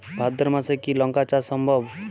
ভাদ্র মাসে কি লঙ্কা চাষ সম্ভব?